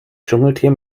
dschungeltier